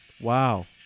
Wow